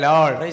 Lord